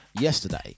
yesterday